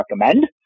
recommend